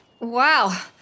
Wow